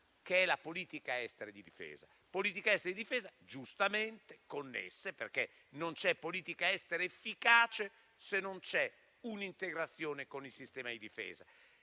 che è la politica estera e di difesa. La politica estera e di difesa sono giustamente connesse perché non c'è politica estera efficace se non c'è un'integrazione con il sistema di difesa.